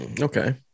Okay